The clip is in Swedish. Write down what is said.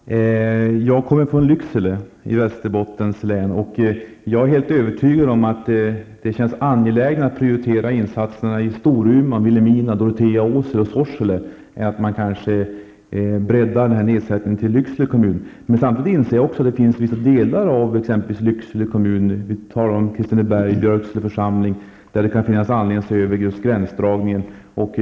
Herr talman! Jag kommer från Lycksele i Västerbottens län. Jag är helt övertygad om att det känns angelägnare att prioritera insatser i Storuman, Vilhelmina, Dorotea, Åsele och Sorsele än att utvidga nedsättningen till att gälla Lycksele kommun. Men samtidigt finns delar av Lycksele kommun -- vi talar om Kristineberg och Björksele församlingar -- där det kan finnas anledning att se över gränsdragningen.